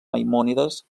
maimònides